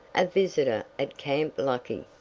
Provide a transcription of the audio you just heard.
a visitor at camp lucky.